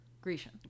Grecian